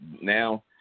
now